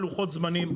זמנים,